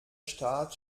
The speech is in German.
start